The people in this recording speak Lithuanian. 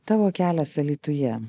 tavo kelias alytuje